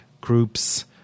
groups